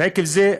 ועקב זה,